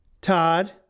Todd